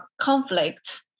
conflict